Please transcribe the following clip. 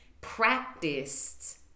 Practiced